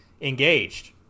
engaged